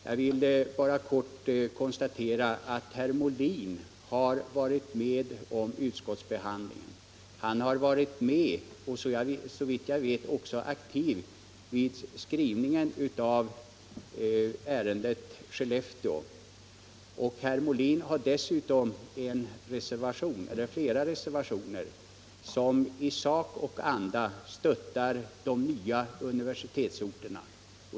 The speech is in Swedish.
Jag vill än en gång kort konstatera att herr Molin har varit med om utskottsbehandlingen, och han har, såvitt jag vet, också varit aktiv vid skrivningen av ärendet Skellefteå. Herr Molin har ett par reservationer som i sak och anda stöttar de nya universitetsorterna.